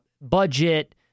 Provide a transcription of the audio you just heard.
budget